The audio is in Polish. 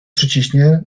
przyciśnie